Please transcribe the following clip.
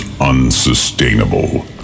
unsustainable